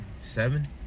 Seven